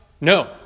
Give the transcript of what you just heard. no